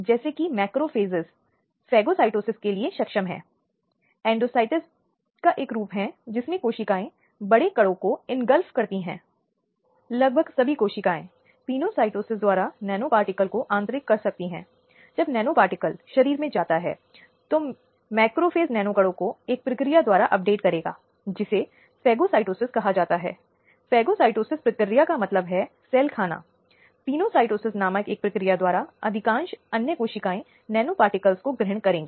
ऐसे बच्चों पर कुछ यौन दुर्व्यवहार के कारण और उचित पेशेवर हस्तक्षेप सुनिश्चित करने के लिए सभी आवश्यक व्यवस्थाएं होनी चाहिए साथ ही अदालतों में एक माहौल जिसमें यह बच्चे के अनुकूल है और बच्चा आत्मविश्वास महसूस करता है और बच्चा पूरे सिस्टम द्वारा समर्थित महसूस करता है जो कि उस जगह में है